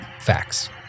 facts